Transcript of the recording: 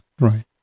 Right